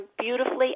beautifully